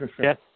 Yes